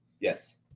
yes